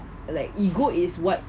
like ego is what